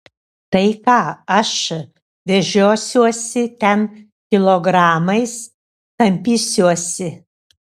tai ką aš vežiosiuosi ten kilogramais tampysiuosi